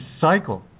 cycle